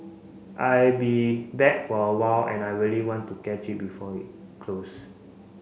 I be back for a while and I really want to catch it before it closed